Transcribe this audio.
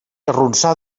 arronsar